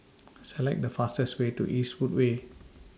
Select The fastest Way to Eastwood Way